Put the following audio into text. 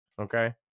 Okay